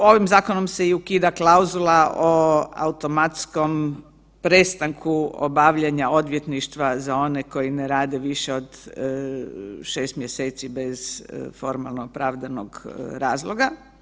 U ovim zakonom se i ukida klauzula o automatskom prestanku obavljanja odvjetništva za one koji ne rade više od 6 mjeseci bez formalno opravdanog razloga.